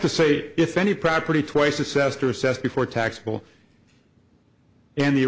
to say if any property twice assessed or assessed before taxable and the